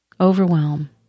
Overwhelm